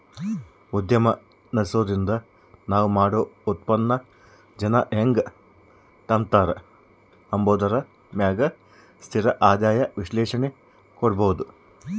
ಉದ್ಯಮ ನಡುಸ್ತಿದ್ರ ನಾವ್ ಮಾಡೋ ಉತ್ಪನ್ನಾನ ಜನ ಹೆಂಗ್ ತಾಂಬತಾರ ಅಂಬಾದರ ಮ್ಯಾಗ ಸ್ಥಿರ ಆದಾಯ ವಿಶ್ಲೇಷಣೆ ಕೊಡ್ಬೋದು